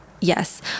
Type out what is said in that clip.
yes